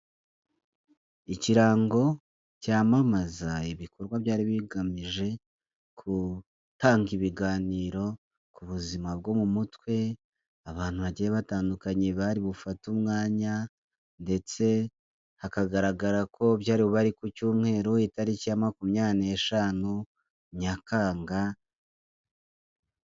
Ikirango cyamamaza ibikorwa byari bigamije gutanga ibiganiro ku buzima bwo mu mutwe abantu bagiye batandukanye bari bufate umwanya ndetse hakagaragara ko byari bube ari ku cyumweru itariki ya makumya n'eshanu nyakanga.